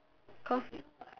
cause